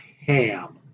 ham